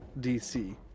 DC